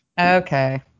Okay